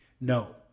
No